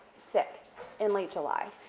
sick in late july,